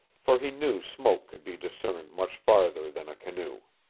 for he knew smoke could be discerned much farther than a canoe.